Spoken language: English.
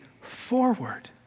forward